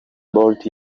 bolt